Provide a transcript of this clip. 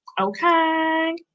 Okay